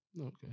Okay